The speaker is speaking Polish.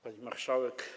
Pani Marszałek!